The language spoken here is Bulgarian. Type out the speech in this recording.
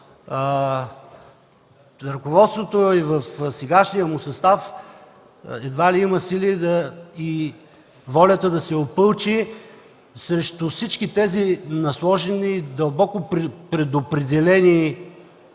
но ръководството и в сегашния му състав едва ли има сили и волята да се опълчи срещу всички тези насложени, дълбоко предопределени